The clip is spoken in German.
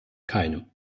keinem